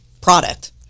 product